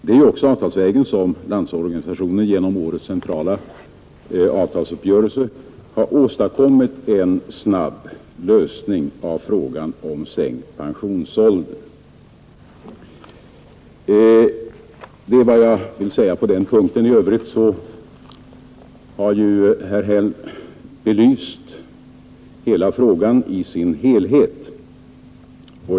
Det är också avtalsvägen som Landsorganisationen genom årets centrala avtalsuppgörelse har åstadkommit en snabb lösning av frågan om sänkt pensionsålder. I övrigt har herr Häll belyst frågan i dess helhet.